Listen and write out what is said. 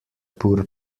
pur